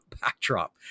backdrop